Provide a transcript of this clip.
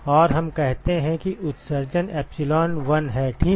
और हम कहते हैं कि उत्सर्जन epsilon1 है ठीक